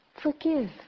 Forgive